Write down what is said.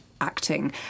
acting